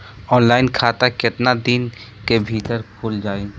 Online खाता केतना दिन के भीतर ख़ुल जाई?